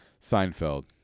Seinfeld